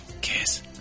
Kiss